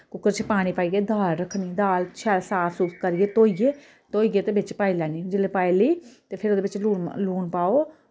cooker च पानी पाइयै दाल रक्खनी दाल शैल साफ सूफ करियै ते धोइयै धोइयै ते बिच पाई लैनी जिल्लै पाई लेई ते फिर ओह्दे बिच लून लून पाओ